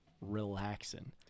relaxing